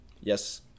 yes